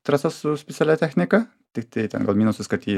trasas su specialia technika tiktai ten gal minusas kad ji